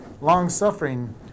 long-suffering